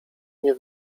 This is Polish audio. nie